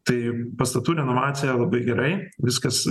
tai pastatų renovacija labai gerai viskas